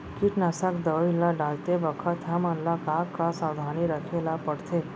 कीटनाशक दवई ल डालते बखत हमन ल का का सावधानी रखें ल पड़थे?